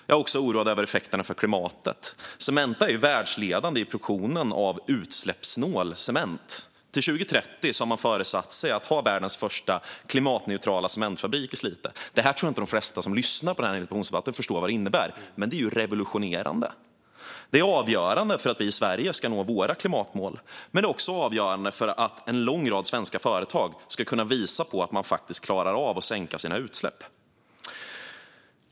Jag är också oroad över effekterna för klimatet. Cementa är världsledande i produktion av utsläppssnål cement. Till 2030 har man föresatt sig att ha världens första klimatneutrala cementfabrik i Slite. Jag tror inte att de flesta som lyssnar på den här interpellationsdebatten förstår vad detta innebär, men det är revolutionerande. Det är avgörande för att vi i Sverige ska nå våra klimatmål, men det är också avgörande för att en lång rad svenska företag ska kunna visa att man faktiskt klarar av att sänka sina utsläpp.